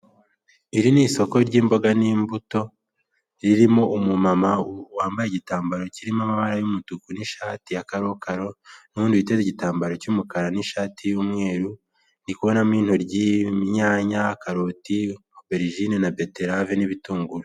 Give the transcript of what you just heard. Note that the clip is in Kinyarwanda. Iri ni isoko ry'imboga, n'imbuto ririmo umumama wambaye igitambaro kirimo amabara y'umutuku, n'ishati yakarokaro nuwundi witeze igitambaro cy'umukara, n'ishati y'umweru, ndikubonamo intoryi, inyanya, karoti, oberijine, na beterave n'ibitunguru.